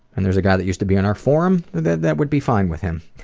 and there's a guy that used to be in our forum that that would be fine with him.